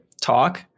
talk